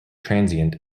transient